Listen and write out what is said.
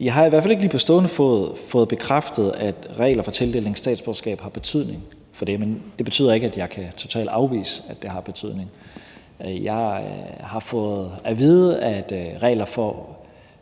jeg har i hvert fald ikke lige på stående fod fået bekræftet, at regler for tildeling af statsborgerskab har betydning for det, men det betyder ikke, at jeg totalt kan afvise, at det har betydning. Jeg har fået at vide, at regler for